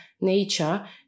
nature